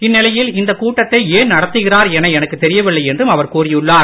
இந்நிலையில் இந்த கூட்டத்தை ஏன் நடத்துகிறார் என எனக்கு தெரியவில்லை என்றும் அவர் கூறியுள்ளார்